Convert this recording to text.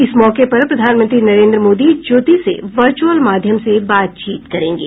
इस मौके पर प्रधानमंत्री नरेन्द्र मोदी ज्योति से वर्चुअल माध्यम से बातचीत करेंगे